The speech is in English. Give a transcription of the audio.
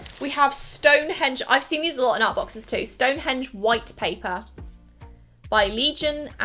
we have stonehenge i've seen these a lot in our boxes too stonehenge white paper by legion,